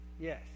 Yes